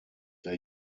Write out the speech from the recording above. der